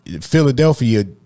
Philadelphia